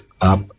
up